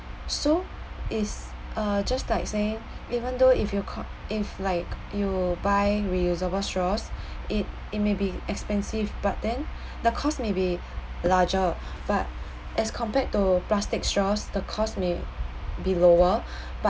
so it's uh just like saying even though if you cau~ if like you buy reusable straws i~ it may be expensive but then the cost may be larger but as compared to plastic straws the cost may be lower but